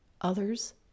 others